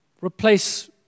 replace